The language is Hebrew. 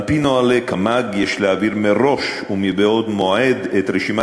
על-פי נוהלי קמ"ג יש להעביר מראש ומבעוד מועד את רשימת